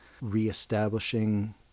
reestablishing